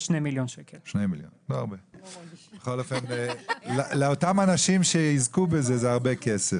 בכל אופן לאותם אנשים שיזכו בזה זה הרבה כסף.